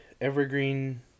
evergreen